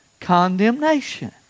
condemnation